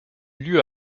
lieu